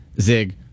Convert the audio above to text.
Zig